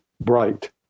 bright